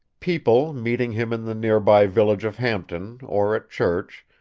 people, meeting him in the nearby village of hampton or at church,